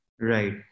Right